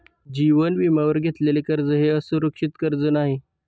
जीवन विम्यावर घेतलेले कर्ज हे असुरक्षित कर्ज नाही